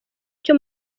cyo